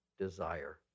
desire